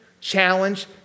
challenge